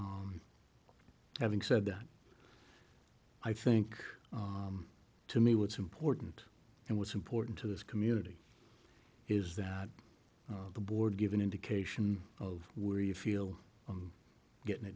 having said that i think to me what's important and what's important to this community is that the board give an indication of where you feel getting